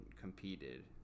competed